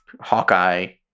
hawkeye